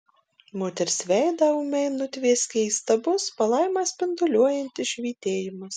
moters veidą ūmai nutvieskė įstabus palaimą spinduliuojantis švytėjimas